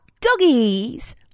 doggies